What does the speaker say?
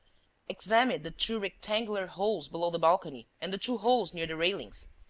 examine the two rectangular holes below the balcony and the two holes near the railings.